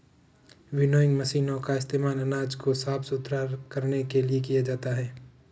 winnowing मशीनों का इस्तेमाल अनाज को साफ सुथरा करने के लिए किया जाता है